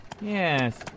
Yes